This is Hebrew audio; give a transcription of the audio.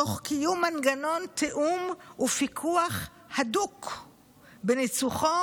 "תוך קיום מנגנון תיאום ופיקוח הדוק בניצוחו